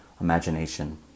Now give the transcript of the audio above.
imagination